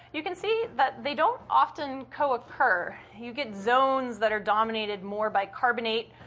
you can see that they don't often co-occur. you get zones that are dominated more by carbonate.